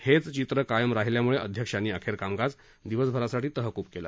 हेच चित्रं कायम राहिल्यामुळे अध्यक्षांनी अखेर कामकाज दिवसभरासाठी तहकूब केलं